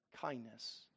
Kindness